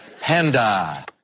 panda